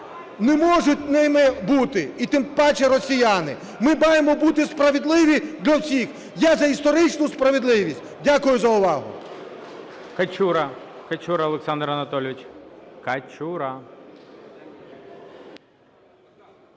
не можуть ними бути і тим паче росіяни? Ми маємо бути справедливі для всіх, я за історичну справедливість. Дякую за увагу. ГОЛОВУЮЧИЙ. Качура, Качура Олександр Анатолійович, Качура.